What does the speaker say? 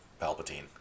Palpatine